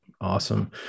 awesome